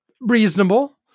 reasonable